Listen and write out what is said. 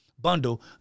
bundle